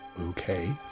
Okay